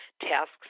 tasks